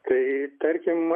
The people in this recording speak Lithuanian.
tai tarkim